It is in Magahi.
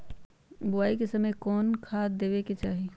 बोआई के समय कौन खाद देवे के चाही?